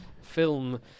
film